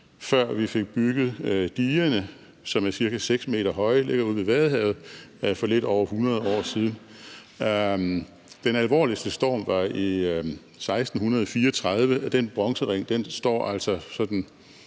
før vi fik bygget digerne, som er ca. 6 meter høje og ligger ude ved Vadehavet, for lidt over 100 år siden. Den alvorligeste storm var i 1634. Den bronzering står altså et